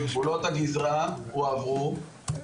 גבולות הגזרה הועברו,